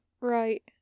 right